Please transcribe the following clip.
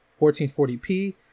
1440p